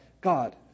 God